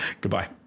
Goodbye